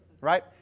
right